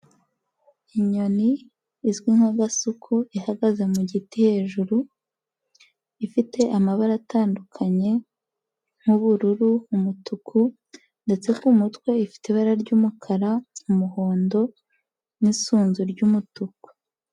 Inyoni izwi nka gasuku ihagaze mu giti hejuru, ifite amabara atandukanye nk'ubururu, umutuku, ndetse ku mutwe ifite ibara ry'umukara, umuhondo n'isunzu ry'umutuku.